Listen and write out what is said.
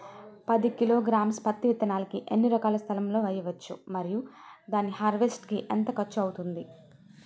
పది కిలోగ్రామ్స్ పత్తి విత్తనాలను ఎన్ని ఎకరాల స్థలం లొ వేయవచ్చు? మరియు దాని హార్వెస్ట్ కి ఎంత ఖర్చు అవుతుంది?